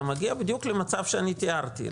אתה מגיע בדיוק למצב שאני תיארתי,